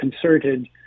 concerted